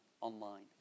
online